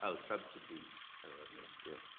so substitutes, okay. yeah,